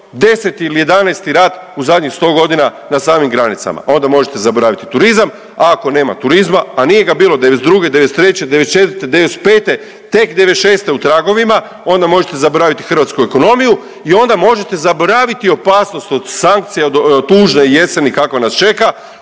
10. ili 11. rat u zadnjih 100 godina na samim granicama. A onda možete zaboraviti turizam, a ako nema turizma, a nije ga bilo '92., '93., '94., '95., tek '96. u tragovima, onda možete zaboraviti hrvatsku ekonomiju i onda možete zaboraviti opasnost od sankcija od tužne jeseni kakva nas čeka,